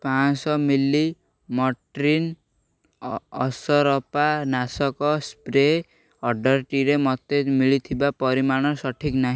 ପାଞ୍ଚଶହ milli Mortein ଅସରପା ନାଶକ ସ୍ପ୍ରେ ଅର୍ଡ଼ର୍ଟିରେ ମୋତେ ମିଳିଥିବା ପରିମାଣ ସଠିକ୍ ନାହିଁ